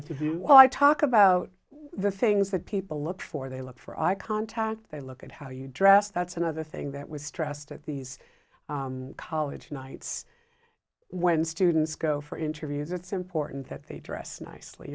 interview while i talk about the things that people look for they look for eye contact they look at how you dress that's another thing that was stressed at these college nights when students go for interviews it's important that they dress nicely